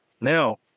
Now